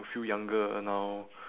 you feel younger now